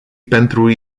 pentru